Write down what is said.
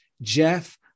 Jeff